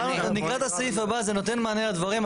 נעה, נקרא את הסעיף הבא, זה נותן מענה לדברים.